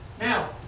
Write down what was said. Now